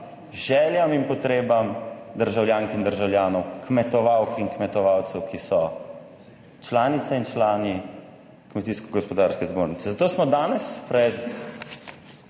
željam in potrebam državljank in državljanov, kmetovalk in kmetovalcev, ki so članice in člani Kmetijsko gospodarske zbornice, zato smo danes pred